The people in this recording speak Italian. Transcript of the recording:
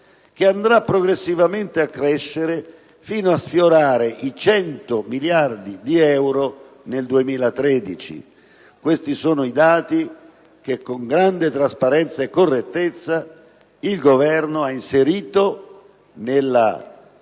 che andrà progressivamente a crescere fino a sfiorare i 100 miliardi di euro nel 2013. Questi sono i dati che, con grande trasparenza e correttezza intellettuale, il Governo ha inserito nel DPEF